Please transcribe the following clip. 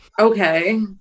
okay